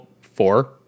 four